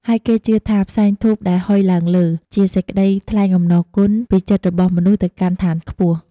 ហើយគេជឿថាផ្សែងធូបដែលហ៊ុយឡើងលើ ជាសេចក្ដីថ្លែងអំណរគុណ ពីចិត្តរបស់មនុស្សទៅកាន់ឋានខ្ពស់។